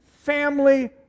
family